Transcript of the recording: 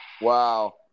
Wow